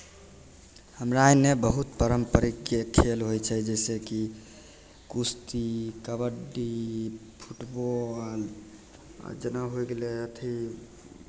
हमरा एन्नऽ बहुत पारम्परिकके खेल होइ छै जइसे कि कुश्ती कबड्डी फुटबॉल आ जेना होय गेलै अथि